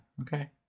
Okay